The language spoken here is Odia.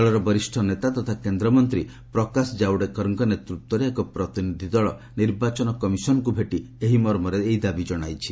ଦଳର ବରିଷ୍ଠ ନେତା ତଥା କେନ୍ଦ୍ରମନ୍ତ୍ରୀ ପ୍ରକାଶ ଜାୱଡେକରଙ୍କ ନେତୃତ୍ୱରେ ଏକ ପ୍ରତିନିଧି ଦଳ ନିର୍ବାଚନ କମିଶନଙ୍କୁ ଭେଟି ଏହି ମର୍ମରେ ଏକ ଦାବି ଜଣାଇଛି